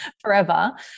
forever